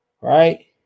right